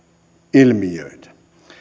ilmiöitä